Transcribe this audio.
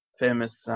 famous